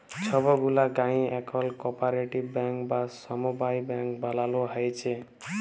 ছব গুলা গায়েঁ এখল কপারেটিভ ব্যাংক বা সমবায় ব্যাংক বালালো হ্যয়েছে